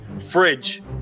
fridge